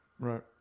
Right